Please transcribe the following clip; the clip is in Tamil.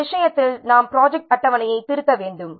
இந்த விஷயத்தில் நாங்கள் ப்ராஜெக்ட் அட்டவணையை திருத்த வேண்டும்